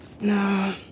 No